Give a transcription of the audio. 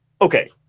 okay